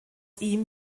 ihm